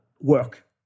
work